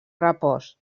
repòs